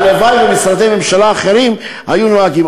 הלוואי שמשרדי ממשלה אחרים היו נוהגים,